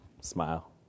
Smile